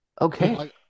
okay